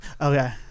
Okay